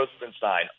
Rosenstein